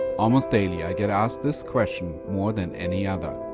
almost daily i get asked this question more than any other,